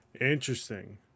interesting